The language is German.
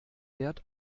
wert